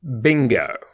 Bingo